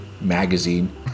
magazine